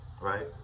right